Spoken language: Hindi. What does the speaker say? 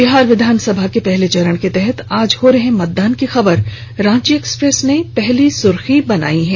बिहार विधानसभा के पहले चरण के तहत आज हो रहे मतदान की खबर को रांची एक्सप्रेस ने पहली सुर्खी बनाई है